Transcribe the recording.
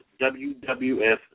WWF